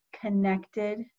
connected